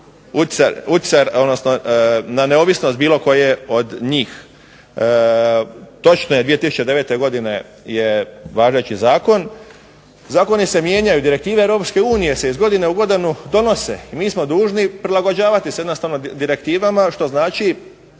utjecaj, odnosno na neovisnost bilo koje od njih. … /Govornik se ne razumije./… 2009. godine je važeći zakon. Zakoni se mijenjaju, direktive EU se iz godine u godinu donose. Mi smo dužni prilagođavati se jednostavno direktivama što znači